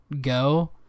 go